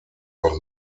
auch